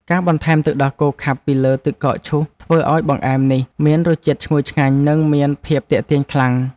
ការបន្ថែមទឹកដោះគោខាប់ពីលើទឹកកកឈូសធ្វើឱ្យបង្អែមនេះមានរសជាតិឈ្ងុយឆ្ងាញ់និងមានភាពទាក់ទាញខ្លាំង។